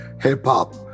hip-hop